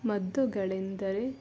ಮದ್ದುಗಳೆಂದರೆ